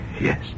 Yes